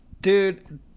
Dude